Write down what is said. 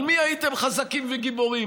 על מי הייתם חזקים וגיבורים?